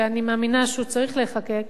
ואני מאמינה שהוא צריך להיחקק,